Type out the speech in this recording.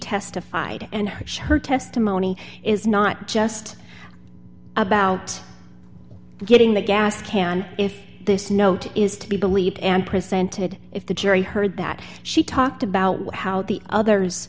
testified and which her testimony is not just about getting the gas can if this note is to be believed and presented if the jury heard that she talked about how the others